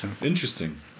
Interesting